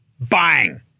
Bang